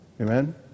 Amen